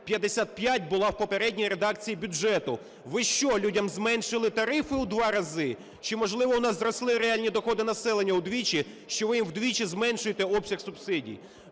55 була в попередній редакції бюджету. Ви що, людям зменшили тарифи у два рази? Чи, можливо, у нас зросли реальні доходи населення удвічі, що ви їм удвічі зменшуєте обсяг субсидій?